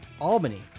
Albany